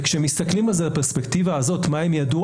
וכשמסתכלים על זה בפרספקטיבה הזאת מה הם ידעו